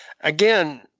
Again